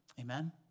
Amen